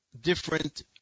different